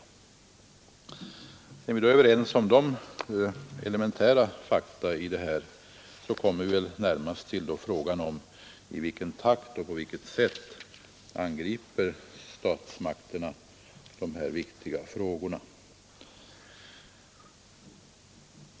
Sedan vi då är överens om dessa elementära fakta kommer vi väl närmast till frågan: I vilken takt och på vilket sätt angriper statsmakterna de här viktiga problemen?